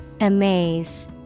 Amaze